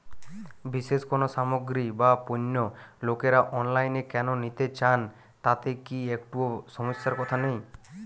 বিশেষ কোনো সামগ্রী বা পণ্য লোকেরা অনলাইনে কেন নিতে চান তাতে কি একটুও সমস্যার কথা নেই?